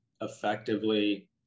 effectively